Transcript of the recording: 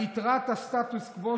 על יתרת הסטטוס קוו,